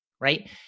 Right